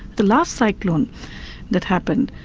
the last cyclone that happened,